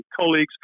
colleagues